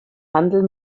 handel